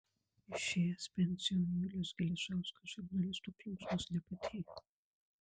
išėjęs pensijon julius geležauskas žurnalisto plunksnos nepadėjo